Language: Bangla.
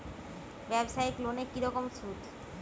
ব্যবসায়িক লোনে কি রকম সুদ?